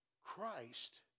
Christ